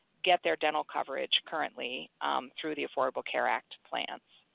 get their dental coverage currently through the affordable care act plan.